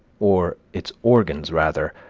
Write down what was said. or its organs rather,